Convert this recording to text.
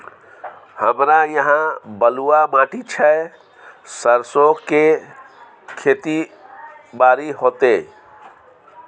हमरा यहाँ बलूआ माटी छै सरसो के खेती बारी होते?